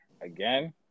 Again